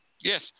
Yes